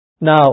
Now